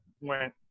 went